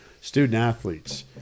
student-athletes